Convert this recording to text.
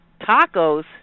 Tacos